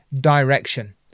direction